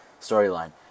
storyline